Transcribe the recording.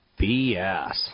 BS